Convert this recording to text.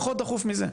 פחות דחוף מזה.